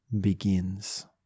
begins